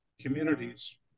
communities